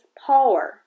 power